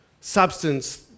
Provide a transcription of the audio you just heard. substance